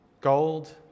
Gold